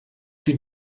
die